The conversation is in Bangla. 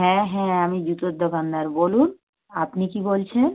হ্যাঁ হ্যাঁ আমি জুতোর দোকানদার বলুন আপনি কী বলছেন